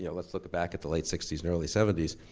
yeah let's look back at the late sixty s and early seventy s.